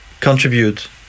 contribute